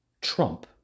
Trump